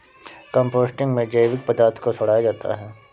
composting में जैविक पदार्थ को सड़ाया जाता है